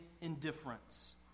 indifference